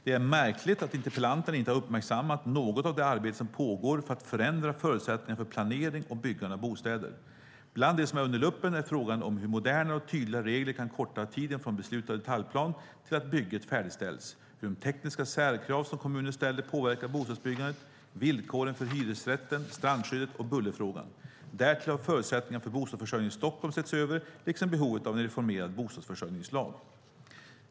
Det är märkligt att interpellanten inte har uppmärksammat något av det arbete som pågår för att förändra förutsättningarna för planering och byggande av bostäder. Bland det som är under luppen är frågan om hur modernare och tydligare regler kan korta tiden från beslutad detaljplan till att bygget färdigställts, hur de tekniska särkrav som kommuner ställer påverkar bostadsbyggandet, villkoren för hyresrätten, strandskyddet och bullerfrågan. Därtill har förutsättningarna för bostadsförsörjningen i Stockholm setts över, liksom behovet av en reformerad bostadsförsörjningslag.